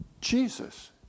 Jesus